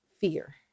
fear